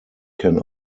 can